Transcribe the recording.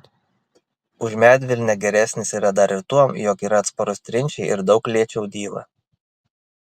už medvilnę geresnis yra dar ir tuom jog yra atsparus trinčiai ir daug lėčiau dyla